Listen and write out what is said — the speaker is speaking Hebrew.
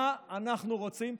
מה אנחנו רוצים?